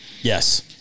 Yes